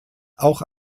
auch